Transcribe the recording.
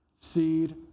Seed